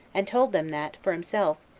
and told them that, for himself,